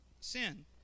Sin